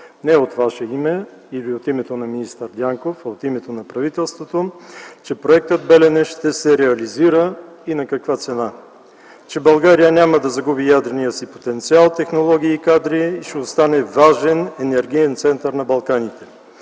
не от Ваше име или от името на министър Дянков, а от името на правителството, че Проектът „Белене” ще се реализира и на каква цена, че България няма да загуби ядрения си потенциал, технологии и кадри и ще остане важен енергиен център на Балканите?